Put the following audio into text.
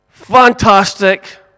fantastic